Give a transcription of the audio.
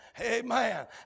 Amen